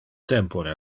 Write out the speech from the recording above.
tempore